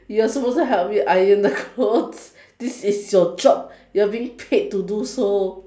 you are supposed to help me iron the clothes this is your job you are being paid to do so